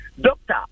Doctor